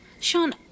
Sean